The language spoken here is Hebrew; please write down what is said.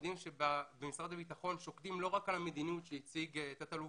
במשרד הביטחון שוקדים לא רק על המדיניות שהציג תת-אלוף